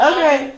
Okay